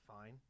fine